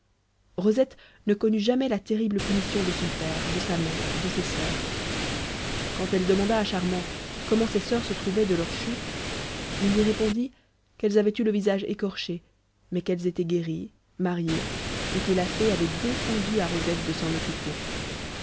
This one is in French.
rosette ne connut jamais la terrible punition de son père de sa mère de ses soeurs quand elle demanda à charmant comment ses soeurs se trouvaient de leur chute il lui répondit qu'elles avaient eu le visage écorché mais qu'elles étaient guéries mariées et que la fée avait défendu à rosette de s'en occuper